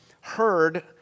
heard